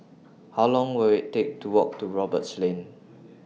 How Long Will IT Take to Walk to Roberts Lane